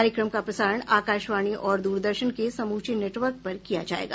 कार्यक्रम का प्रसारण आकाशवाणी और दूरदर्शन के समूचे नेटवर्क पर किया जायेगा